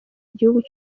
igihugu